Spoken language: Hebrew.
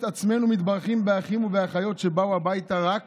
עצמנו מתברכים באחים ובאחיות שבאו הביתה רק